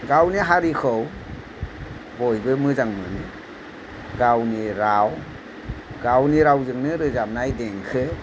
गावनि हारिखौ बयबो मोजां मोनो गावनि राव गावनि रावजोंनो रोजाबनाय देंखो